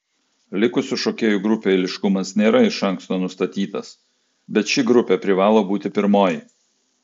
likusių šokėjų grupių eiliškumas nėra iš anksto nustatytas bet ši grupė privalo būti pirmoji